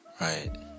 Right